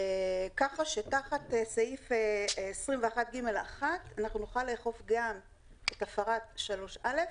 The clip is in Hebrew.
כך שתחת סעיף 21ג1 אנחנו נוכל לאכוף גם את הפרת סעיף 3(א)